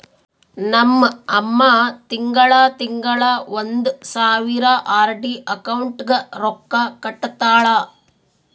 ನಮ್ ಅಮ್ಮಾ ತಿಂಗಳಾ ತಿಂಗಳಾ ಒಂದ್ ಸಾವಿರ ಆರ್.ಡಿ ಅಕೌಂಟ್ಗ್ ರೊಕ್ಕಾ ಕಟ್ಟತಾಳ